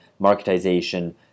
marketization